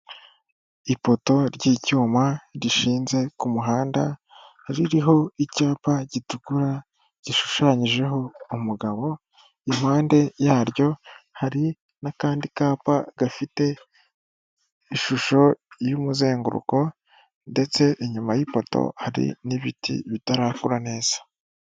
Ipoto ry'icyuma rishinze ku muhanda ririho icyapa gitukura gishushanyijeho umugabo, impande yaryo hari n'akandi kapa gafite ishusho y'umuzenguruko ndetse inyuma y'ipoto hari n'ibiti bitarakura neza.